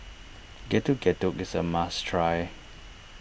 Getuk Getuk is a must try